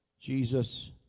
Jesus